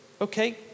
okay